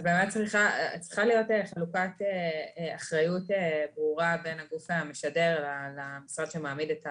צריכה להיות חלוקת אחריות ברורה בין הגוף המשדר למשרד שמעמיד את הדובר,